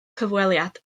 cyfweliad